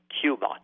Cuba